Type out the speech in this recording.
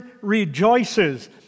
rejoices